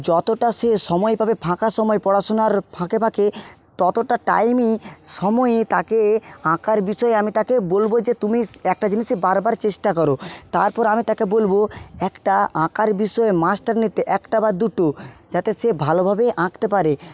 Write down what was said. যতটা সে সময় পাবে ফাঁকা সময় পড়াশুনার ফাঁকে ফাঁকে ততটা টাইমই সময়ই তাকে আঁকার বিষয়ে আমি তাকে বলবো যে তুমি একটা জিনিসই বারবার চেষ্টা করো তারপর আমি তাকে বলবো একটা আঁকার বিষয়ে মাস্টার নিতে একটা বা দুটো যাতে সে ভালোভাবে আঁকতে পারে